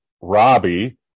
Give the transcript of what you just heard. Robbie